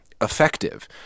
effective